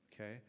Okay